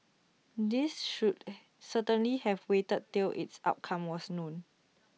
these should certainly have waited till its outcome was known